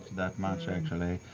that much, actually.